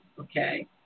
okay